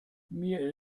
mir